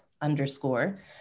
underscore